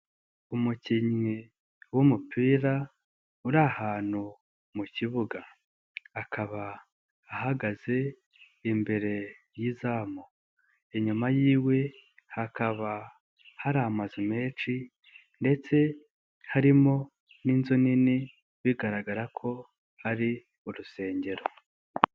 Umukinnyi w'umupira uri ahantu mu kibuga, akaba ahagaze imbere y'izamu inyuma, yiwe hakaba hari amazu menshi ndetse harimo n'inzu nini bigaragara ko ari urusengero.